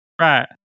right